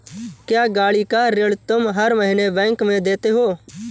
क्या, गाड़ी का ऋण तुम हर महीने बैंक में देते हो?